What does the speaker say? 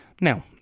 now